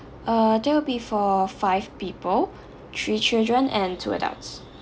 uh that will be for five people three children and two adults